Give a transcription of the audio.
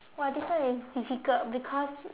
!wah! this one is difficult because